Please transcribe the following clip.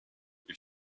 ils